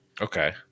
Okay